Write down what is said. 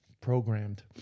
programmed